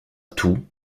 tout